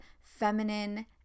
feminine